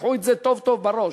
תשימו את זה טוב טוב בראש.